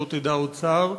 שלא תדע עוד צער.